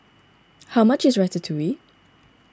how much is Ratatouille